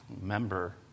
member